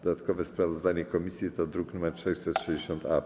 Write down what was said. Dodatkowe sprawozdanie komisji to druk nr 660-A.